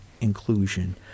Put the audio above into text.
inclusion